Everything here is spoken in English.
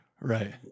right